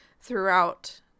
throughout